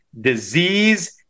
disease